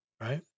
right